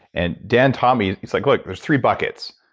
and dan taught me, he's like, look, there's three buckets.